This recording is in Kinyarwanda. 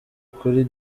kuri